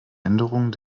änderung